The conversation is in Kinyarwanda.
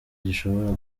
gishobora